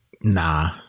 Nah